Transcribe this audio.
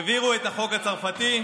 העבירו את החוק הצרפתי,